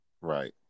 Right